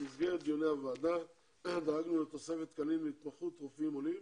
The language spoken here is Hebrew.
במסגרת דיוני הוועדה דאגנו לתוספת תקנים להתמחות רופאים עולים.